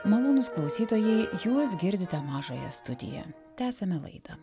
malonūs klausytojai jūs girdite mažąją studiją tęsiame laidą